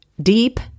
deep